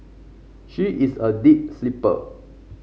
she is a deep sleeper